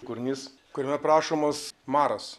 kūrinys kuriame aprašomas maras